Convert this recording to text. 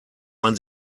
man